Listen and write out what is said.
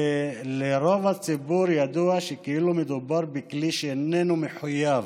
לרוב הציבור ידוע שכאילו מדובר בכלי שאיננו מחויב